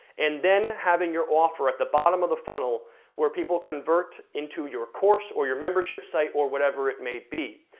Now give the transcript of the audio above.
and then having your offer at the bottom of the funnel where people convert into your course, or your membership site, or whatever it may be.